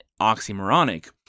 oxymoronic